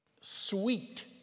sweet